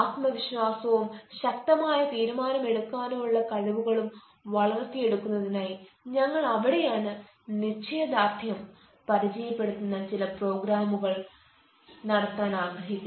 ആത്മവിശ്വാസവും ശക്തമായ തീരുമാനമെടുക്കാനുള്ള കഴിവുകളും വളർത്തിയെടുക്കുന്നതിനായി ഞങ്ങൾ അവിടെയാണ് നിശ്ചയദാർഢ്യം പരിചയപ്പെടുത്തുന്ന ചില പ്രോഗ്രാമുകൾ നടത്താൻ ആഗ്രഹിക്കുന്നത്